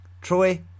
Troy